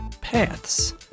paths